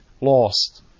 lost